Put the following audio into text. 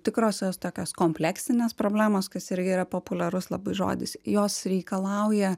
tikrosios tokios kompleksinės problemos kas irgi yra populiarus labai žodis jos reikalauja